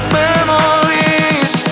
memories